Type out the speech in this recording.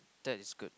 that is good